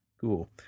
cool